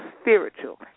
spiritual